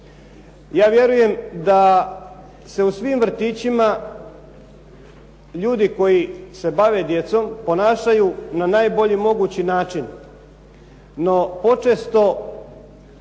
Ja vjerujem da se u svim vrtićima ljudi koji se bave djecom ponašaju na najbolji mogući način. No, počesto